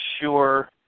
sure